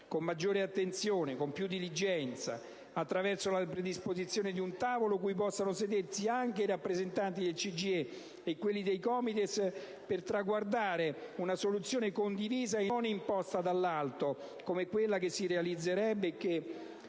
con maggiore attenzione, con più diligenza, attraverso la predisposizione di un tavolo cui possano sedersi anche i rappresentanti del CGIE e quelli dei COMITES per traguardare una soluzione condivisa, e non una soluzione imposta dall'alto come quella che si realizzerebbe (e